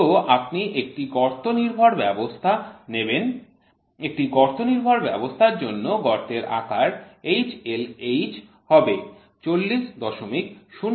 তো আপনি একটি গর্ত নির্ভর ব্যবস্থা নেবেন একটি গর্ত নির্ভর ব্যবস্থার জন্য গর্তের আকার HLH হবে ৪০০০৬